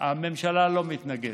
לא מתנגדת.